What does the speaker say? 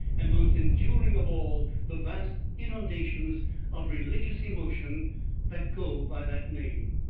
and most enduring of all the vast inundations of religious emotion that go by that name.